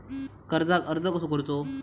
कर्जाक अर्ज कसो करूचो?